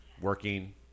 working